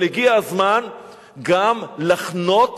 אבל הגיע הזמן גם לחנוק